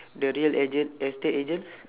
the real agent estate agents